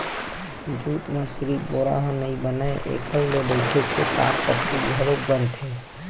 jute म सिरिफ बोरा ह नइ बनय एखर ले बइटे के टाटपट्टी घलोक बनथे